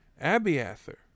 Abiathar